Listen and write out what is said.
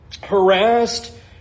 harassed